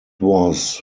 was